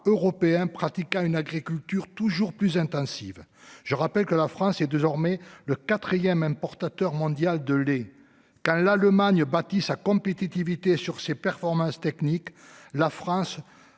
européens pratiquant une agriculture toujours plus intensive. Je rappelle que la France est désormais le quatrième importateur mondial de lait quand l'Allemagne bâti sa compétitivité sur ses performances techniques la France